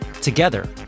Together